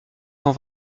cent